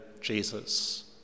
Jesus